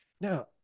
Now